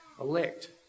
elect